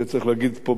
את זה צריך להגיד פה,